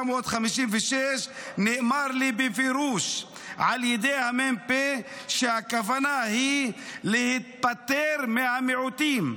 נאמר לי בפירוש על ידי המ"פ שהכוונה היא להיפטר מהמיעוטים,